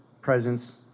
presence